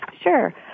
Sure